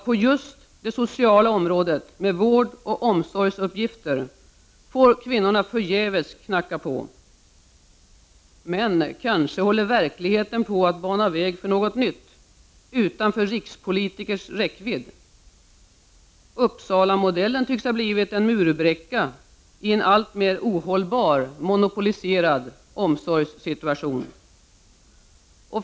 På just det sociala området med vård och omsorgsuppgifter, får kvinnorna onekligen i stället förgäves knacka på. Verkligheten kanske håller på att bana väg för något nytt — utanför rikspolitikers räckvidd. Uppsalamodellen tycks ha blivit en murbräcka i en alltmer ohållbar monopoliserad omsorgssituation.